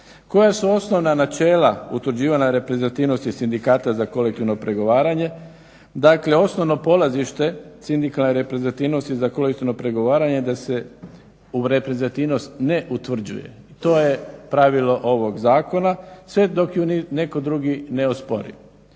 Koja su osnovna načela utvrđivanja reprezentativnosti sindikata za kolektivno pregovaranje. Dakle, osnovno polazište sindikalne reprezentativnosti za kolektivno pregovaranje je da se reprezentativnost ne utvrđuje, to je pravilo ovog zakona, sve dok ju netko drugi ne ospori.